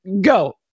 go